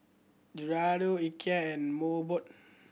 Giordano Ikea and Mobot